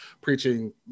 preaching